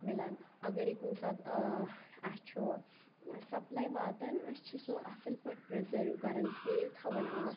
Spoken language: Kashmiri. میلان اگرٔے کُنہ ساتہٕ ٲں اسہِ چھُ ٲں سَپلاے واتان أسۍ چھِ سۄ اصٕل پٲٹھۍ پرٕزٔرو کَران سیو تھاوان آب